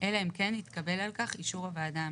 אלא אם כן התקבל על כך אישור הוועדה המחוזית.